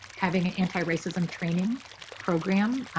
having an anti racism training program.